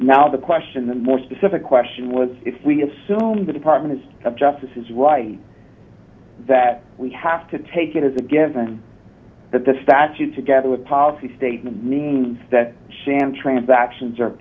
now the question the more specific question was if we assume the department of justice is right that we have to take it as a given that the statute together with policy statement means that sham transactions